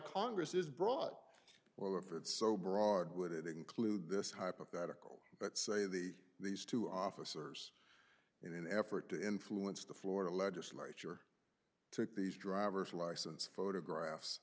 congress is brought well if it's so broad would it include this hypothetical let's say the these two officers in an effort to influence the florida legislature took these driver's license photographs